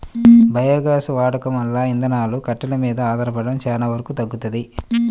biogas వాడకం వల్ల ఇంధనాలు, కట్టెలు మీద ఆధారపడటం చానా వరకు తగ్గుతది